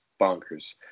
bonkers